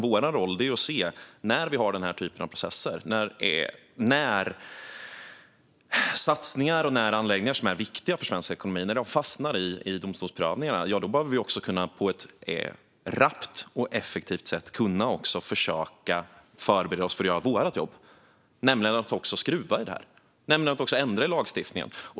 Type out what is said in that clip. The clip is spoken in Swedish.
Vår roll är att se att när satsningar och anläggningar som är viktiga för svensk ekonomi fastnar i domstolsprövningar bör vi på ett rappt och effektivt sätt kunna försöka förbereda för att göra vårt jobb, nämligen att också skruva i det här, att ändra i lagstiftningen.